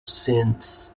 sins